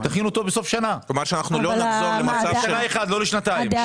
תכין אותו בסוף שנה לשנה אחת ולא לשנתיים.